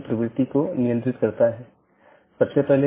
यह एक प्रकार की नीति है कि मैं अनुमति नहीं दूंगा